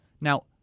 Now